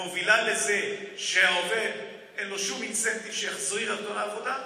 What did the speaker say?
מובילה לזה שלעובד אין שום אינסנטיב שיחזיר אותו לעבודה.